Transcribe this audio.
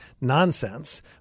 nonsense